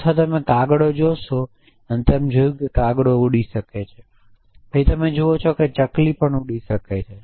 અથવા તમે કાગડો જોશો અને તમે જોયું કે કાગડો ઉડી શકે છે અને તમે જુઓ છો કે ચકલી પણ ઉડી શકે છે